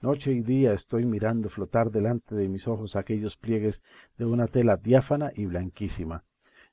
noche y día estoy mirando flotar delante de mis ojos aquellos pliegues de una tela diáfana y blanquísima